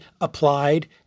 applied